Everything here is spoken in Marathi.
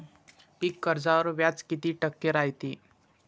पीक कर्जावर व्याज किती टक्के रायते?